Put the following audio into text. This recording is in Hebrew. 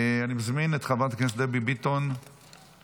אני מזמין את חברת הכנסת דבי ביטון לברך.